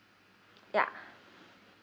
yeah